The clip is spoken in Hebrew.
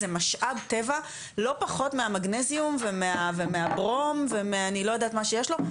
זה משאב טבע לא פחות מהמגנזיום ומהברום ואני לא יודעת מה שיש לו,